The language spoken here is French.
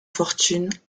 fortune